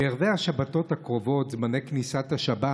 בערבי השבתות הקרובות זמני כניסת השבת